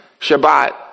Shabbat